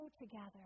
together